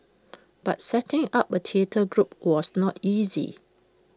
but setting up A theatre group was not easy